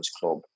club